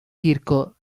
kirko